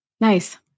Nice